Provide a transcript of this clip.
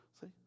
See